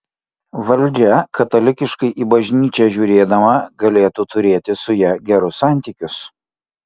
valdžia katalikiškai į bažnyčią žiūrėdama galėtų turėti su ja gerus santykius